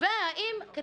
ובין אם זה